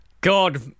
God